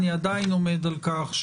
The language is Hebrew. אני עדיין עומד על כך,